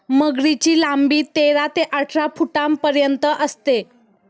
मगरीची लांबी तेरा ते अठरा फुटांपर्यंत असते